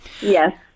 Yes